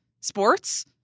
sports